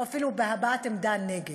או אפילו בהבעת עמדה נגד.